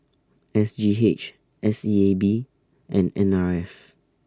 S G H S E A B and N R F